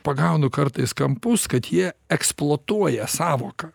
pagaunu kartais kampus kad jie eksploatuoja sąvoką